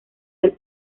del